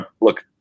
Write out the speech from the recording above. Look